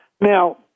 Now